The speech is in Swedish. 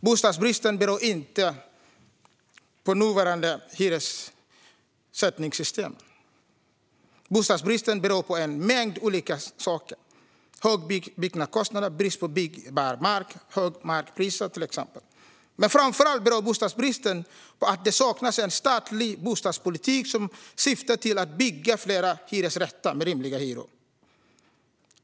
Bostadsbristen beror inte på nuvarande hyressättningssystem. Bostadsbristen beror på en mängd olika saker, till exempel höga byggkostnader, brist på byggbar mark och höga markpriser. Framför allt beror bostadsbristen på att det saknas en statlig bostadspolitik som syftar till att bygga fler hyresrätter med rimliga hyror.